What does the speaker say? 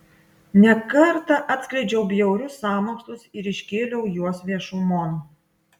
ne kartą atskleidžiau bjaurius sąmokslus ir iškėliau juos viešumon